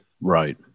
Right